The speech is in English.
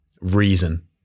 reason